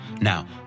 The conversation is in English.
Now